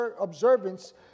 observance